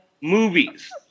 movies